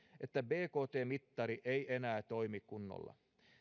että bkt mittari ei enää toimi kunnolla